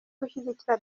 gushyigikira